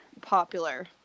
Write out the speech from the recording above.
popular